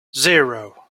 zero